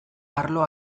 arlo